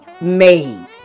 made